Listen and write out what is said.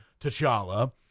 T'Challa